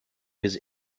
his